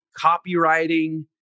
copywriting